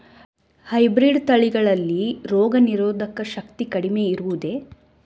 Hybrid ತಳಿಗಳಲ್ಲಿ ರೋಗನಿರೋಧಕ ಶಕ್ತಿ ಕಡಿಮೆ ಇರುವುದೇ?